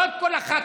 לא את כל הח"כים.